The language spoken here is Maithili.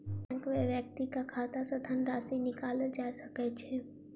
बैंक में व्यक्तिक खाता सॅ धनराशि निकालल जा सकै छै